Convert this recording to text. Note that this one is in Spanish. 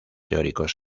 teóricos